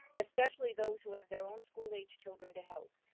especially those who have their own school-aged children to help.